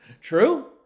True